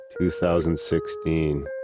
2016